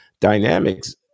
dynamics